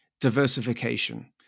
diversification